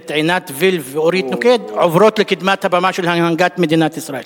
עינת וילף ואורית נוקד עוברות לקדמת הבמה של הנהגת מדינת ישראל?